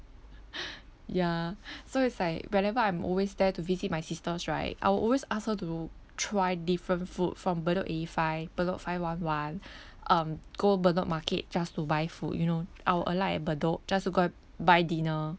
ya so it's like whenever I'm always there to visit my sisters right I will always ask her to try different food from bedok eighty five bedok five one one um go bedok market just to buy food you know I'll alight at bedok just to go and buy dinner